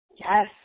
Yes